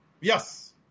Yes